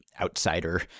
outsider